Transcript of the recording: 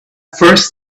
first